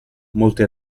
molte